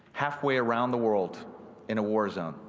halfway around the world in a war zone,